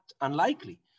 unlikely